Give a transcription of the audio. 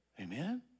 Amen